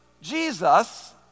Jesus